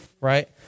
right